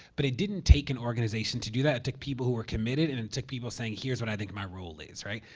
but it didn't take an organization to do that. it took people who were committed and in took people saying, here's what i think of my rule lays, right?